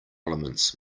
elements